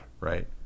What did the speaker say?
right